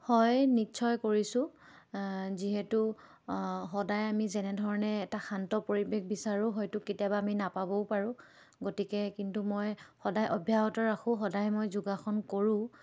হয় নিশ্চয় কৰিছোঁ যিহেতু সদায় আমি যেনেধৰণে এটা শান্ত পৰিৱেশ বিচাৰোঁ হয়তো কেতিয়াবা আমি নাপাবও পাৰোঁ গতিকে কিন্তু মই সদায় অভ্যাহত ৰাখোঁ সদায় মই যোগাসন কৰোঁ